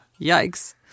Yikes